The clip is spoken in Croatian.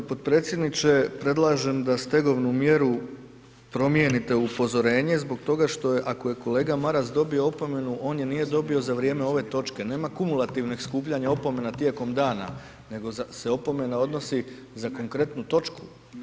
Gospodine potpredsjedničke predlažem da stegovnu mjeru promijenite u upozorenje, zbog toga što je ako je kolega Maras dobio opomenu on je nije dobio za vrijeme ove točke, nema kumulativnih skupljanja opomena tijekom dana, nego se opomena odnosi za konkretnu točku.